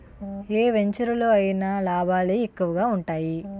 ఏ వెంచెరులో అయినా లాభాలే ఎక్కువగా ఉంటాయి